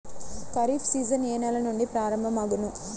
Kharif season ఏ నెల నుండి ప్రారంభం అగును?